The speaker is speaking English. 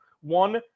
One